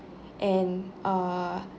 and err